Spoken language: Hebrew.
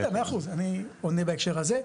בסדר, 100%. אני עונה בהקשר הזה.